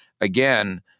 again